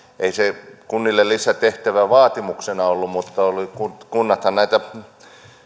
ei se kunnille lisätehtävävaatimuksena ollut mutta kunnathan näitä